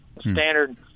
standard